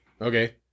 okay